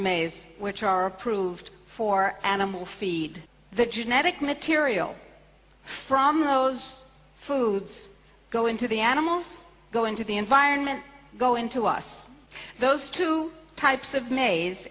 or maize which are approved for animal feed the genetic material from those foods go into the animals go into the environment go into us those two types of ma